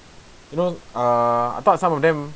you know err I thought some of them